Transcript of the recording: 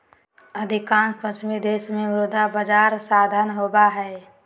अधिकांश पश्चिमी देश में मुद्रा बजार साधन होबा हइ